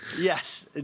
Yes